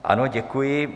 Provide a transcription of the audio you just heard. Ano, děkuji.